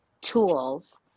tools